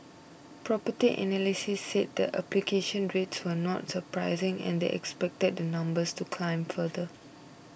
Property Analysts said the application rates were not surprising and they expected the numbers to climb further